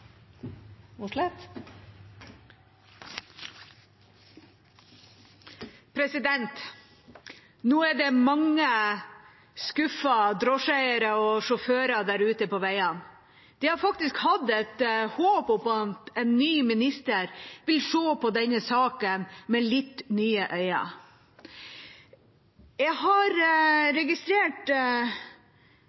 det mange skuffede drosjeeiere og sjåfører ute på veiene. De har faktisk hatt et håp om at en ny minister vil se på denne saken med nye øyne. Jeg har registrert